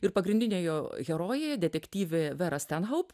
ir pagrindinė jo herojė detektyvė vera stenhoup